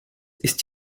ist